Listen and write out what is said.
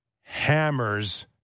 hammers